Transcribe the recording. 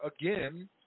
again